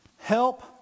Help